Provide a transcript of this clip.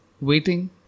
waiting